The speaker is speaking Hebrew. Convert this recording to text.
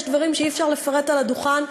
ויש דברים שאי-אפשר לפרט על הדוכן.